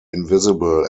invisible